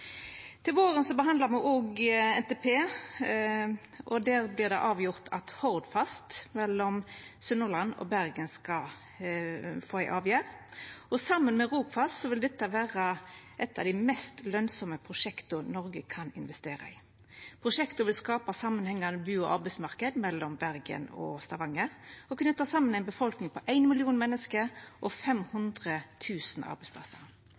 Til våren behandlar me òg NTP, og der skal Hordfast mellom Sunnhordland og Bergen få ei avgjerd. Saman med Rogfast vil dette vera eit av dei mest lønsame prosjekta Noreg kan investera i. Prosjekta vil skapa samanhengjande bu- og arbeidsmarknad mellom Bergen og Stavanger og knyta saman ei befolkning på 1 million menneske og 500 000 arbeidsplassar.